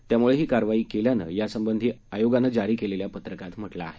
त्यामुळे ही कारवाई केल्यानं यासंबंधी आयोगानं जारी केलेल्या पत्रकात म्हटलं आहे